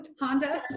Honda